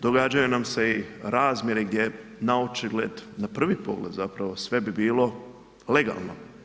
Događaju nam se i razmjene gdje naočigled, na prvi pogled zapravo sve bi bilo legalno.